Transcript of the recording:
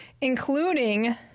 including